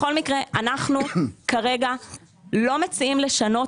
בכל מקרה אנחנו כרגע לא מציעים לשנות